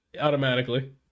automatically